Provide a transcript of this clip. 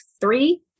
three